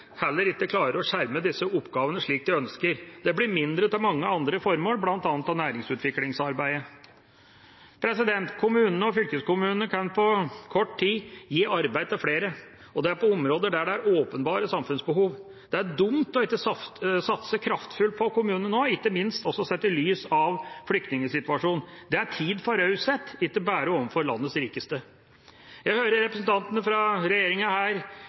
heller ikke klarer å skjerme disse oppgavene, slik de ønsker. Det blir mindre til mange andre formål, bl.a. til næringsutviklingsarbeidet. Kommunene og fylkeskommunene kan på kort tid gi arbeid til flere, og det på områder der det er åpenbare samfunnsbehov. Det er dumt ikke å satse kraftfullt på kommunen nå, ikke minst også sett i lys av flyktningsituasjonen. Det er tid for raushet, ikke bare overfor landets rikeste. Jeg hører representantene fra regjeringa her